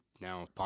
now